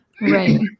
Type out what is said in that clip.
Right